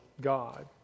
God